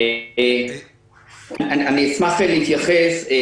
אשמח להתייחס.